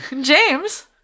James